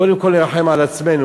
קודם כול לרחם על עצמנו,